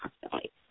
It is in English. constantly